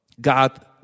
God